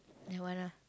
that one ah